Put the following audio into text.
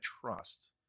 trust